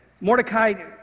Mordecai